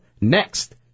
next